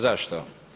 Zašto?